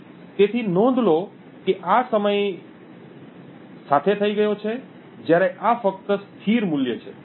તેથી નોંધ લો કે આ સમય સાથે થઈ ગયો છે જ્યારે આ ફક્ત સ્થિર મૂલ્ય છે